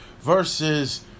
versus